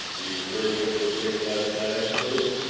you've heard of what took place last night, i suppose?